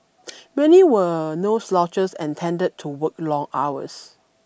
many were no slouches and tended to work long hours